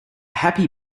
happy